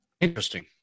Interesting